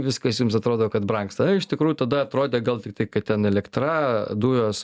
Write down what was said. viskas jums atrodo kad brangsta iš tikrųjų tada atrodė gal tiktai kad ten elektra dujos